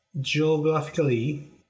geographically